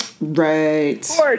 Right